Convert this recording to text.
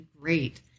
great